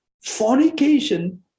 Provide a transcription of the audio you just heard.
Fornication